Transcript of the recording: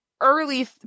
early